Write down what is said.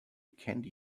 candy